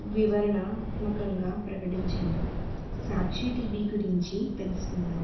వివరణాత్మకంగా ప్రకటించండి సాక్షి టీవీ గురించి తెలుసుకుందాం